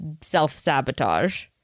self-sabotage